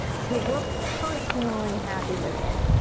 til we're personally happy with it.